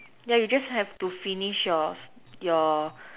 yeah you just have to finish your your